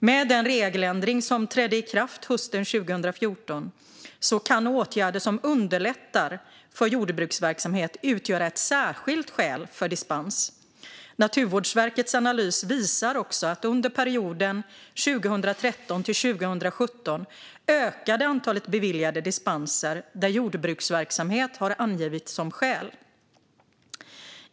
Med den regeländring som trädde i kraft hösten 2014 kan åtgärder som underlättar för jordbruksverksamhet utgöra särskilt skäl för dispens. Naturvårdsverkets analys visar också att under perioden 2013-2017 ökade antalet beviljade dispenser där jordbruksverksamhet angivits som skäl.